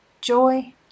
joy